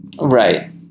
Right